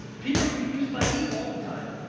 people are confused by me all the time.